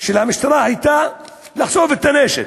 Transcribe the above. של המשטרה הייתה לחשוף את הנשק.